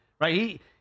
right